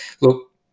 look